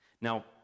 Now